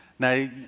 Now